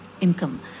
income